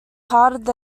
part